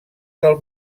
del